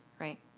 right